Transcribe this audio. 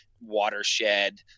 watershed